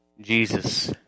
Jesus